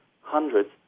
hundreds